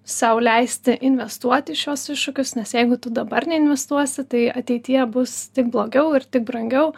sau leisti investuot į šiuos iššūkius nes jeigu tu dabar neinvestuosi tai ateityje bus tik blogiau ir tik brangiau